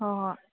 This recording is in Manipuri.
ꯍꯣ ꯍꯣ